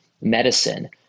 medicine